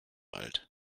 alt